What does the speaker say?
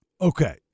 Okay